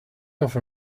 offer